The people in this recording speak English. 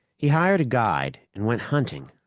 he hired a guide and went hunting,